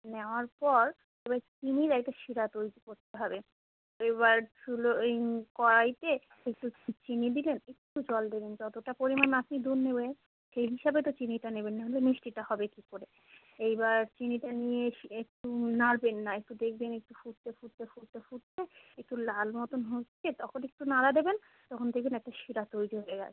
নেওয়ার পর এবার চিনির একটা সিরা তৈরি করতে হবে এবার শুলো ওই কড়াইতে একটু চিনি দেবেন একটু জল দেবেন যতটা পরিমাণ আপনি দুধ নেবেন সেই হিসাবে তো চিনিটা নেবেন নাহলে মিষ্টিটা হবে কী করে এইবার চিনিটা নিয়ে একটু নাড়বেন না একটু দেখবেন একটু ফুটতে ফুটতে ফুটতে ফুটতে একটু লাল মতোন হচ্ছে তখন একটু নাড়া দেবেন তখন দেখবেন একটা সিরা তৈরি হয়ে গে